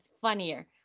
funnier